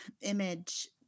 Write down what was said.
image